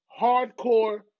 hardcore